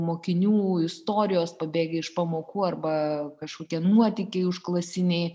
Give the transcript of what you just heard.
mokinių istorijos pabėgę iš pamokų arba kažkokie nuotykiai užklasiniai